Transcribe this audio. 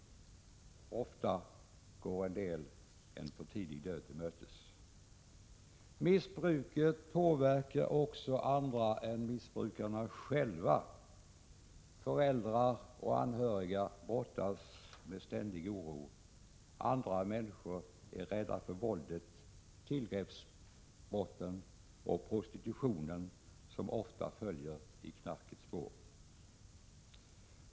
Många av dem går en för tidig död till mötes. Missbruket påverkar också andra än missbrukarna själva. Föräldrar och anhöriga brottas med ständig oro. Andra människor är rädda för våldet, tillgreppsbrotten och prostitutionen, som ofta följer i knarkets spår.